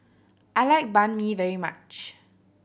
I like Banh Mi very much